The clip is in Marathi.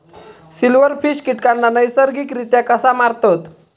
सिल्व्हरफिश कीटकांना नैसर्गिकरित्या कसा मारतत?